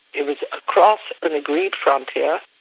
it was across an agreed frontier,